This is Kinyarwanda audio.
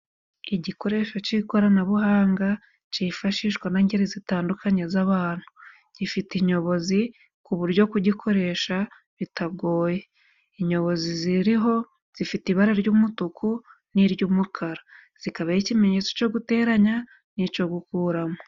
Igikoresho cy'ikoranabuhanga cy'ifashishwa n'ingeri zitandukanye z'abantu. Gifite inyobozi ku buryo kugikoresha bitagoye, inyobozi ziriho zifite ibara ry'umutuku, n'iry'umukara. Zikaba ari ikimenyetso cyo guteranya, n'icyo gukuramo.